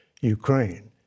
Ukraine